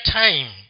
time